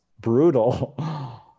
brutal